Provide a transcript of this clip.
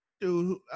Dude